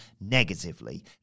negatively